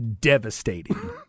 Devastating